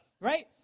right